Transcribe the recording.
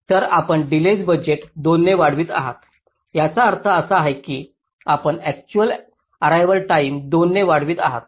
तर आपण delays budget 2 ने वाढवित आहात याचा अर्थ काय आहे की आपण अक्चुअल अर्रेवाल टाईम 2 ने वाढवित आहात